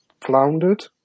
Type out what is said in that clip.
floundered